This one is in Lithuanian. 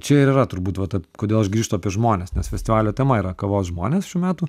čia ir yra turbūt va ta kodėl aš grįžtu apie žmones nes festivalio tema yra kavos žmonės šių metų